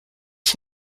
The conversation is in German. ich